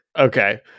Okay